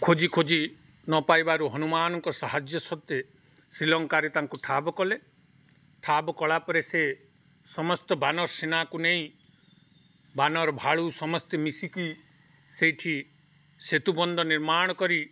ଖୋଜି ଖୋଜି ନ ପାଇାଇବାରୁ ହନୁମାନଙ୍କ ସାହାଯ୍ୟ ସତ୍ତ୍ୱେ ଶ୍ରୀଲଙ୍କାରେ ତାଙ୍କୁ ଠାବ କଲେ ଠାବ କଲାପରେ ସେ ସମସ୍ତ ବାନର ସେନାକୁ ନେଇ ବାନର ଭାଳୁ ସମସ୍ତେ ମିଶିକି ସେଇଠି ସେତୁବନ୍ଧ ନିର୍ମାଣ କରି